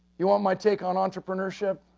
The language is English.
you want my take on entrepreneurship,